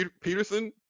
Peterson